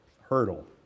hurdle